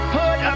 put